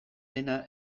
dena